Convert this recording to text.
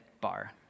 bar